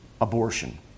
abortion